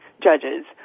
judges